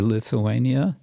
Lithuania